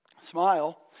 Smile